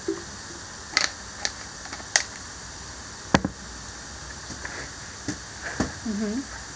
mmhmm